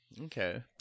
Okay